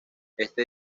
este